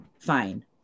fine